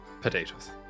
potatoes